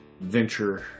venture